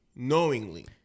Knowingly